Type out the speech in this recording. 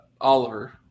Oliver –